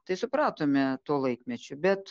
tai supratome tuo laikmečiu bet